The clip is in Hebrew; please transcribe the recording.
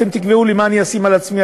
אתם תקבעו לי מה אני אשים על עצמי?